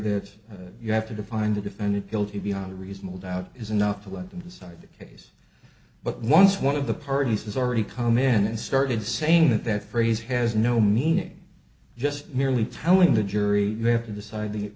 that you have to find the defendant guilty beyond a reasonable doubt is enough to let them decide the case but once one of the parties has already come in and started saying that that phrase has no meaning just merely telling the jury they have to decide th